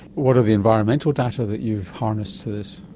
what are the environmental data that you've harnessed for this?